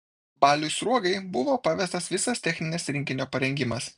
baliui sruogai buvo pavestas visas techninis rinkinio parengimas